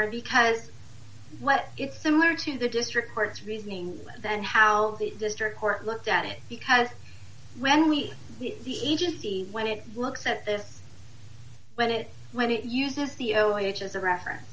honor because what it's similar to the district court's reasoning than how the district court looked at it because when we the agency when it looks at this when it when it uses the zero age as a reference